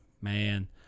man